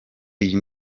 iyi